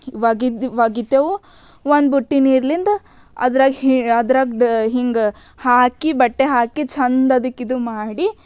ಒಗೆದು ಒಗಿತೇವೆ ಒಂದು ಬುಟ್ಟಿ ನೀರಿಂದ ಅದ್ರಾಗ ಹಿಂ ಅದ್ರಾಗ ಹಿಂಗೆ ಹಾಕಿ ಬಟ್ಟೆ ಹಾಕಿ ಚೆಂದ ಅದಕ್ಕೆ ಇದು ಮಾಡಿ